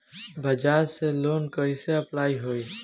बजाज से लोन कईसे अप्लाई होई?